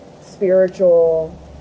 spiritual